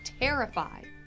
terrified